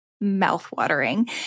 mouth-watering